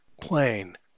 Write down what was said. plain